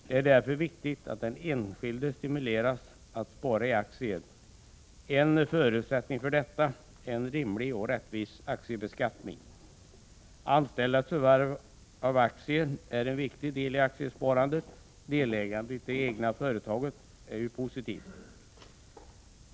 Det är därför viktigt att den enskilde stimuleras till att spara i aktier. En förutsättning för detta är en rimlig och rättvis aktiebeskattning. Anställdas förvärv av aktier är en viktig del i aktiesparandet. Delägande i det egna företaget är positivt.